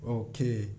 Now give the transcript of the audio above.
okay